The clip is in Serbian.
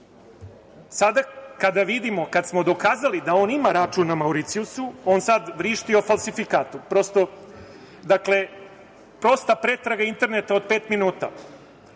Sada kada vidimo, kada smo dokazali da on ima račun na Mauricijusu, on sada vrišti o falsifikatu. Dakle, prosta pretraga interneta od pet minuta.